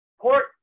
Port